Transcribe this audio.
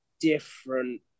different